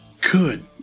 Good